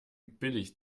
billig